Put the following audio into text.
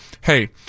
hey